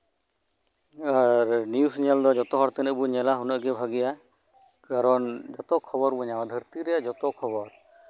ᱟᱨ news ᱧᱮᱞ ᱫᱚ ᱡᱷᱚᱛᱚ ᱦᱚᱲ ᱛᱤᱱᱟᱹᱜ ᱵᱚᱱ ᱧᱮᱞᱟ ᱩᱱᱟᱹᱜ ᱜᱮ ᱵᱷᱟᱹᱜᱮᱹᱭᱟ ᱠᱟᱨᱚᱱ ᱡᱷᱚᱛᱚ ᱠᱷᱚᱵᱚᱨ ᱵᱚ ᱧᱟᱢᱟ ᱫᱷᱟᱨᱛᱤ ᱨᱮᱭᱟᱜ ᱡᱷᱚᱛᱚ ᱠᱷᱚᱵᱚᱨ